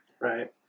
Right